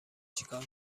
چیکار